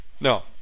No